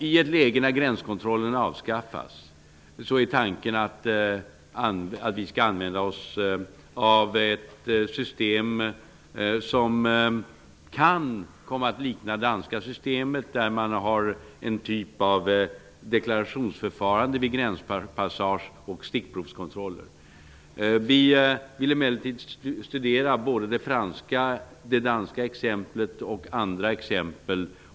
I ett läge där gränskontrollen avskaffas -- det är tanken -- skall vi använda oss av ett system som kan komma att likna det danska systemet. I Danmark har man en typ av deklarationsförfarande vid gränspassage samt stickprovskontroller. Vi vill emellertid studera både det danska exemplet och andra exempel.